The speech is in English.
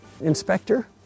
inspector